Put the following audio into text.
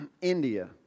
India